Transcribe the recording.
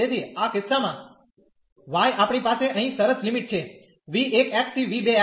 તેથી આ કિસ્સામાં y આપણી પાસે અહીં સરસ લિમિટ છે v1 થી v2